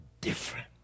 different